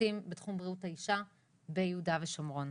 שירותים בתחום בריאות האישה ביהודה ושומרון.